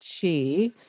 Chi